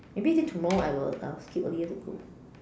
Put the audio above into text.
maybe then tomorrow I will I will skip earlier to go